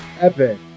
epic